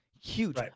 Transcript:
Huge